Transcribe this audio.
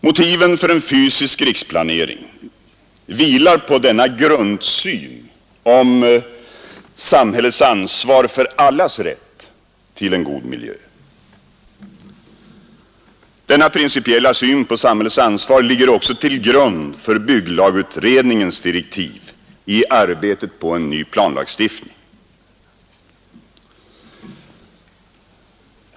Motiven för en fysisk riksplanering vilar på denna grundsyn om samhällets ansvar för allas rätt till en god miljö. Denna principiella syn på samhällets ansvar ligger också till grund för bygglagutredningens direktiv i arbetet på en ny planlagstiftning.